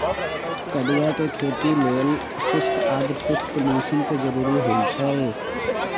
कदुआ के खेती लेल शुष्क आद्रशुष्क मौसम कें जरूरी होइ छै